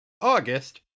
August